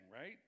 right